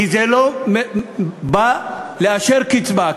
כי זה לא בא לאשר קצבה.